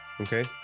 Okay